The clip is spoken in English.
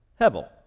hevel